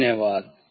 धन्यवाद